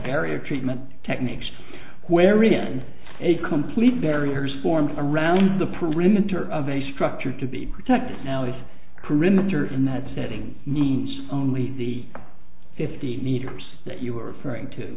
area treatment techniques wherein a complete barriers formed around the perimeter of a structure to be protected now as perimeter in that setting means only the fifteen meters that you were referring to